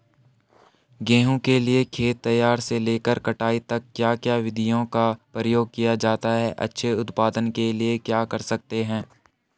गेहूँ के लिए खेत तैयार से लेकर कटाई तक क्या क्या विधियों का प्रयोग किया जाता है अच्छे उत्पादन के लिए क्या कर सकते हैं?